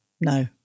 No